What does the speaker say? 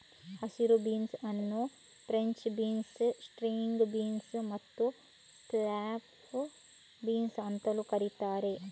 ಹಸಿರು ಬೀನ್ಸ್ ಅನ್ನು French beans, string beans ಮತ್ತು ಸ್ನ್ಯಾಪ್ ಬೀನ್ಸ್ ಅಂತಲೂ ಕರೀತಾರೆ